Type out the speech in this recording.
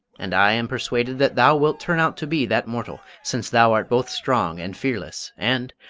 and i am persuaded that thou wilt turn out to be that mortal, since thou art both strong and fearless, and,